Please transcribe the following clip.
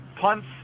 Punts